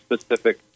specific